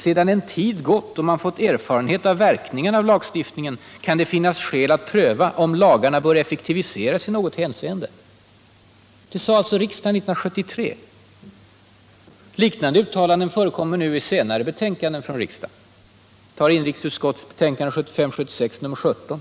——— Sedan en tid gått och man fått erfarenhet av verkningarna av lagstiftningen kan det finnas skäl att pröva om lagarna bör effektiviseras i något hänseende.” Det sades alltså 1973. Liknande uttalanden förekommer i senare betänkanden, t.ex. i inrikesutskottets betänkande 1975/76:17.